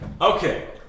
Okay